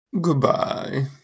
Goodbye